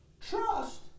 Trust